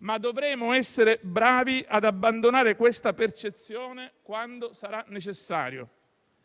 ma dovremo essere bravi ad abbandonare questa percezione quando sarà necessario.